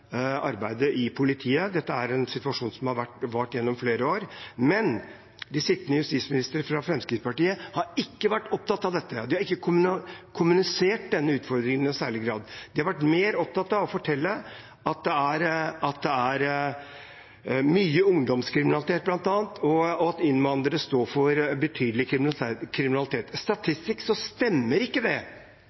arbeidet i politiet – dette er en situasjon som har vart gjennom flere år. Men de sittende justisministrene fra Fremskrittspartiet har ikke vært opptatt av dette, de har ikke kommunisert denne utfordringen i noen særlig grad. De har vært mer opptatt av å fortelle at det er mye ungdomskriminalitet bl.a., og at innvandrere står for betydelig kriminalitet. Statistisk stemmer ikke det,